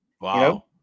Wow